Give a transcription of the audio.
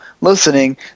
listening